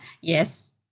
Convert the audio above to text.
Yes